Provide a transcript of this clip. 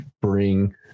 bring